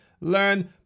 Learn